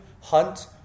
hunt